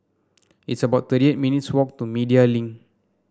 it's about thirty eight minutes' walk to Media Link